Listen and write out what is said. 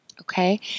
Okay